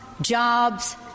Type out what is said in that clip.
jobs